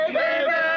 baby